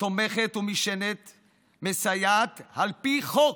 תומכת ומשענת מסייעת, על פי חוק,